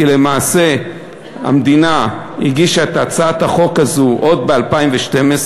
למעשה המדינה הגישה את הצעת החוק הזאת עוד ב-2012,